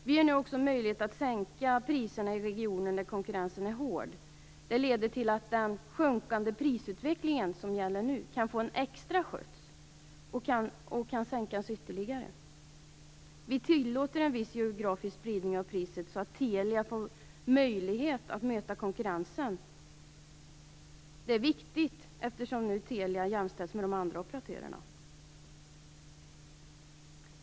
Vi ger nu också möjlighet att sänka priserna i regioner där konkurrensen är hård. Det leder till att den nuvarande utvecklingen med sjunkande priser får en extra skjuts så att priserna kan sänkas ytterligare. Vi tillåter en viss geografisk spridning av priset, så att Telia får möjlighet att möta konkurrensen. Detta är viktigt, eftersom Telia nu jämförs med de övriga operatörerna.